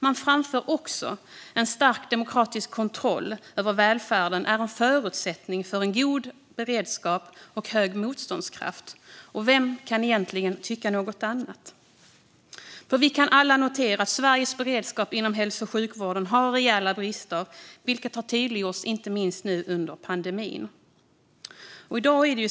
Man framför också att stark demokratisk kontroll över välfärden är en förutsättning för god beredskap och hög motståndskraft. Vem kan egentligen tycka något annat? Vi kan nämligen alla notera att det i Sveriges beredskap inom hälso och sjukvården finns rejäla brister, vilket har tydliggjorts inte minst under pandemin. Fru talman!